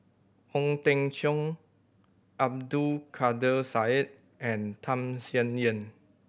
Ong Teng Cheong Abdul Kadir Syed and Tham Sien Yen